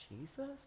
Jesus